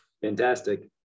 Fantastic